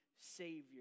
Savior